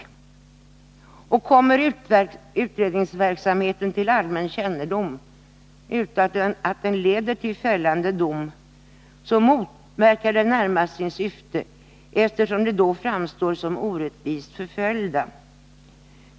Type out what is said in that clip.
Kommer utredningsverksamheten ——— till allmän kännedom utan att den leder till fällande dom, motverkar den ——— närmast sitt syfte, eftersom de då framstår som orättvist förföljda.